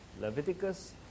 Leviticus